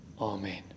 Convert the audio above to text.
Amen